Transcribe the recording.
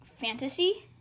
fantasy